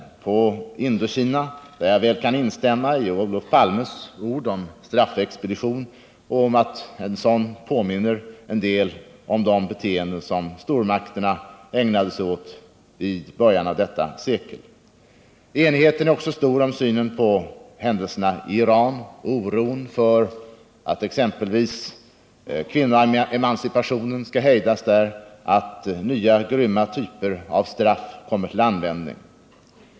Beträffande Indokina kan jag instämma i Olof Palmes ord om straffexpedition och att den tillen del påminner om de beteenden som stormakterna ägnade sig åt i början av detta sekel. Enigheten är också stor om synen på händelserna i Iran och oron för att exempelvis kvinnoemancipationen skall hejdas där, att nya grymma typer av straff kommer till användning.